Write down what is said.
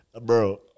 bro